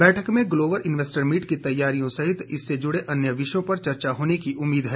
बैठक में global investor meet की तैयारियों सहित इससे जुड़े अन्य विषयों पर चर्चा होने की उम्मीद है